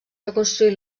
reconstruir